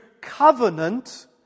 covenant